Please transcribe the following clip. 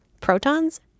Protons